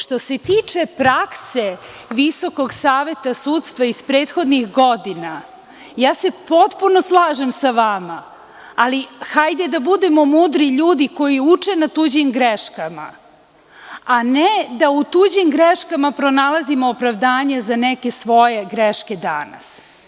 Što se tiče prakse VSS iz prethodnih godina, ja se potpuno slažem sa vama, ali hajde da budemo mudru ljudi koji uče na tuđim greškama, a ne da u tuđim greškama pronalazimo opravdanje za neke svoje greške danas.